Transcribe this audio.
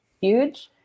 huge